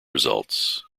results